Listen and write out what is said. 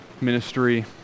Ministry